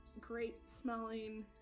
great-smelling